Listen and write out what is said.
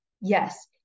Yes